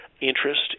interest